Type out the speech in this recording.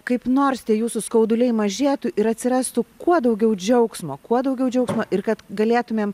kaip nors tie jūsų skauduliai mažėtų ir atsirastų kuo daugiau džiaugsmo kuo daugiau džiaugsmo ir kad galėtumėm